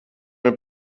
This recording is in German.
mir